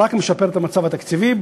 רק משפר את המצב התקציבי,